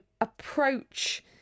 approach